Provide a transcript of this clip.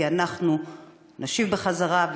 כי אנחנו נשיב בחזרה,